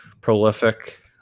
prolific